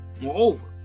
Moreover